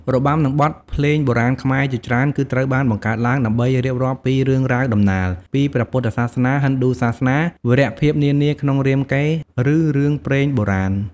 របាំ និងបទភ្លេងបុរាណខ្មែរជាច្រើន គឺត្រូវបានបង្កើតឡើងដើម្បីរៀបរាប់ពី រឿងរ៉ាវតំណាល ពីព្រះពុទ្ធសាសនា ហិណ្ឌូសាសនា វីរភាពនានាក្នុងរាមកេរ្តិ៍ ឬរឿងព្រេងបុរាណ។